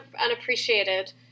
unappreciated